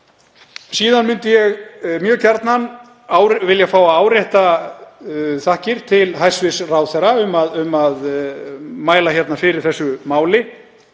Síðan myndi ég mjög gjarnan vilja fá að árétta þakkir til hæstv. ráðherra um að mæla fyrir þessu máli.